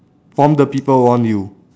from the people around you